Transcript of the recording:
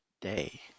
day